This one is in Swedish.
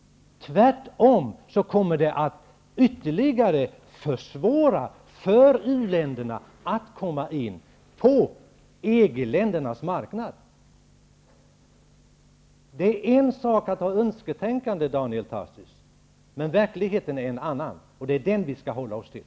Det kommer tvärtom att ytterligare försvåra för uländerna att komma in på EG-ländernas marknad. Det är en sak att ge uttryck för önsketänkande, men verkligheten är en annan, och det är den vi skall hålla oss till.